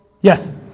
yes